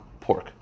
pork